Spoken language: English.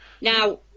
now